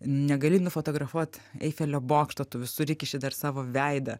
negali nufotografuot eifelio bokšto tu visur įkiši dar savo veidą